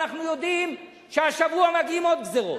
ואנחנו יודעים שהשבוע מגיעות עוד גזירות.